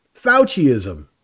Fauciism